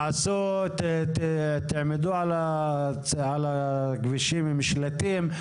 תעמדו על הכבישים עם שלטים.